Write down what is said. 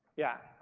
yeah.